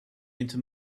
into